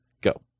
Go